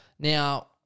Now